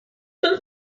soccer